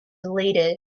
deleted